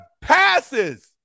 passes